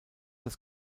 das